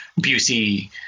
Busey